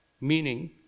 meaning